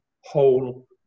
whole